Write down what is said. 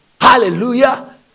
Hallelujah